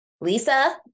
Lisa